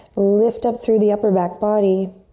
lift up through the upper back body.